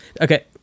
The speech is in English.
Okay